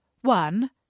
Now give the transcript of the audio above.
One